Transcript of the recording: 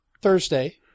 Thursday